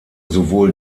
sowohl